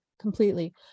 completely